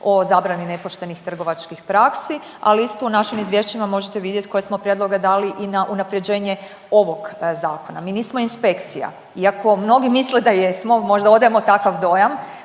o zabrani nepoštenih trgovačkih praksi, ali isto, u našim izvješćima možete vidjeti koje smo prijedloge dali i na unaprjeđenje ovog Zakona. Mi nismo inspekcija iako mnogi misle da jesmo, možda odajemo takav dojam